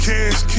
Cash